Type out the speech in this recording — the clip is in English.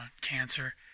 cancer